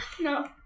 No